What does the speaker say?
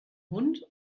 hund